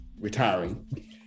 retiring